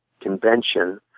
convention